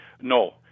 No